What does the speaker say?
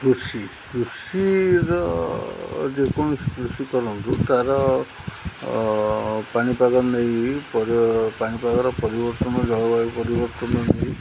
କୃଷି କୃଷିର ଯେକୌଣସି କୃଷି କରନ୍ତୁ ତା'ର ପାଣିପାଗ ନେଇ ପାଣିପାଗର ପରିବର୍ତ୍ତନ ଜଳବାୟୁ ପରିବର୍ତ୍ତନ ନେଇ